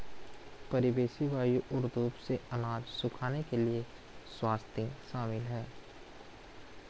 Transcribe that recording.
परिवेशी वायु और धूप से अनाज सुखाने के लिए स्वाथिंग शामिल है